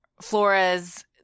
Flores